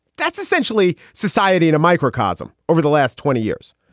that's essentially society in a microcosm. over the last twenty years,